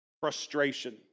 frustration